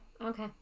okay